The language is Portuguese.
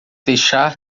deixar